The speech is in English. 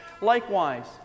Likewise